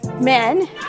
men